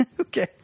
Okay